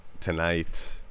tonight